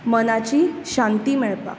मनाची शांती मेळपाक